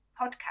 podcast